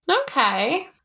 Okay